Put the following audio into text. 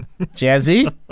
Jazzy